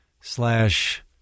slash